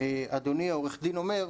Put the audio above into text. שאדוני העורך דין אומר.